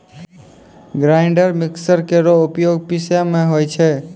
grinder mixer केरो उपयोग पिसै म होय छै